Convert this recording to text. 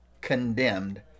condemned